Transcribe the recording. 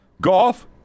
Golf